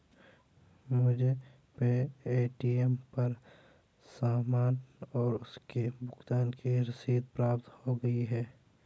मुझे पे.टी.एम पर सामान और उसके भुगतान की रसीद प्राप्त हो गई है